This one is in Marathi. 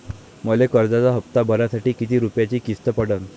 मले कर्जाचा हप्ता भरासाठी किती रूपयाची किस्त पडन?